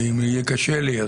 ואם יהיה קשה לי,